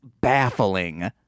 baffling